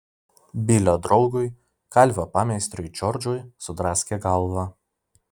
bilio draugui kalvio pameistriui džordžui sudraskė galvą